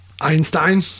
Einstein